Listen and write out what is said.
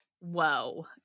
whoa